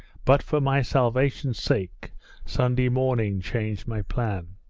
but for my salvation's sake sunday morning changed my plan